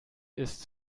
ist